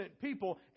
people